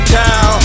down